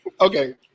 Okay